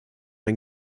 ein